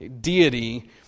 deity